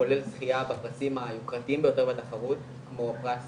כולל זכייה בפרסים היוקרתיים ביותר בתחרות כמו הפרס